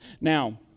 Now